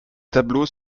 tableaux